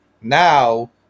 Now